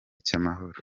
cy’amahoro